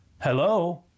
Hello